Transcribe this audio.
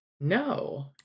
No